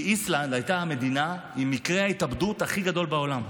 כי איסלנד הייתה המדינה עם מספר מקרי ההתאבדות הכי גדול בעולם,